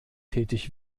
tätig